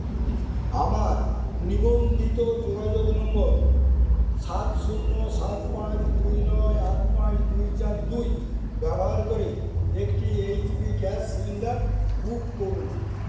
আমার নিবন্ধিত যোগাযোগ নম্বর সাত শূন্য সাত পাঁচ দুই নয় আট পাঁচ দুই চার দুই ব্যবহার করে একটি H P gas cylinder book করুন